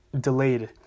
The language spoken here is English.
Delayed